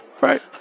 Right